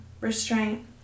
restraint